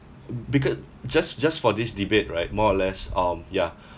because just just for this debate right more or less um ya